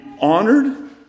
honored